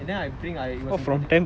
and then I bring I it was from